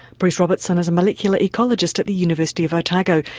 bruce robertson is a molecular ecologist at the university of otago,